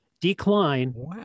decline